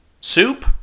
Soup